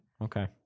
Okay